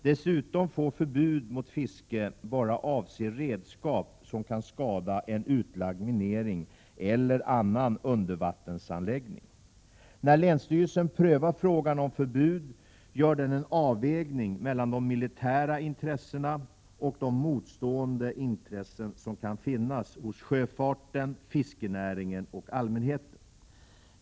Dessutom får förbud mot fiske bara avse redskap som kan skada en utlagd minering eller annan undervattensanläggning. När länsstyrelsen prövar frågan om förbud gör den en avvägning mellan de militära intressena och de motstående intressen som kan finnas hos sjöfarten, fiskerinäringen och allmänheten.